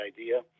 idea